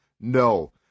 No